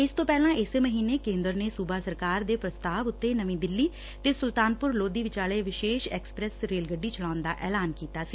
ਇਸ ਤੋਂ ਪਹਿਲਾਂ ਇਸੇ ਮਹੀਨੇ ਕੇਂਦਰ ਨੇ ਸੁਬਾ ਸਰਕਾਰ ਦੇ ਪ੍ਰਸਤਾਵ ਉਤੇ ਨਵੀਂ ਦਿੱਲੀ ਤੇ ਸੁਲਤਾਨਪੁਰ ਲੋਧੀ ਵਿਚਾਲੇ ਵਿਸੇਸ਼ ਐਕਸਪ੍ਰੈਸ ਰੇਲ ਗੱਡੀ ਚੁਲਾਉਣ ਦਾ ਐਲਾਨ ਕੀਤਾ ਸੀ